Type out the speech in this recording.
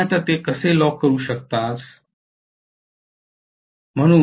अन्यथा ते कसे लॉक करू शकतात